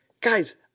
guys